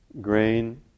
grain